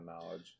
knowledge